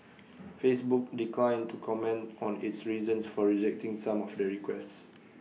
Facebook declined to comment on its reasons for rejecting some of the requests